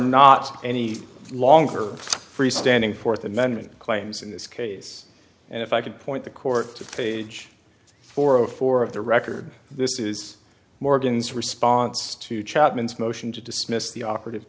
not any longer freestanding fourth amendment claims in this case and if i could point the court to page four of four of the record this is morgan's response to chapman's motion to dismiss the operative